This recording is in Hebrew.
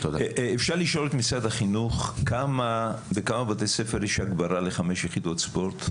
אפשר לשאול את משרד החינוך בכמה בתי ספר יש חמש יחידות ספורט?